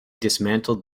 dismantled